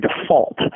default